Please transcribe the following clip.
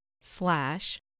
slash